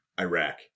Iraq